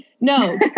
no